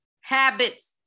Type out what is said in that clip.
habits